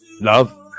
Love